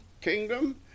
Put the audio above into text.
kingdom